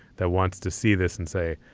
that wants to see this and say,